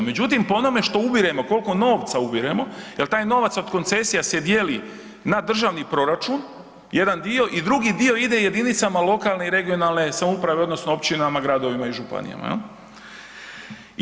Međutim, ono što ubiremo, koliko novca ubiremo jer taj novac od koncesija se dijeli na državni proračun, jedan dio i drugi dio ide jedinicama lokalne i regionalne samouprave odnosno općinama, gradovima i županijama, je li?